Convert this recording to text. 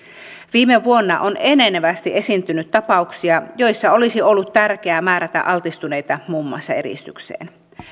viime vuonna on enenevästi esiintynyt tapauksia joissa olisi ollut tärkeää määrätä altistuneita muun muassa eristykseen